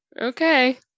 Okay